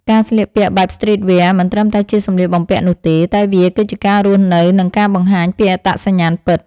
ការស្លៀកពាក់បែបស្ទ្រីតវែរមិនត្រឹមតែជាសម្លៀកបំពាក់នោះទេ តែវាគឺជាការរស់នៅនិងការបង្ហាញពីអត្តសញ្ញាណពិត។